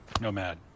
nomad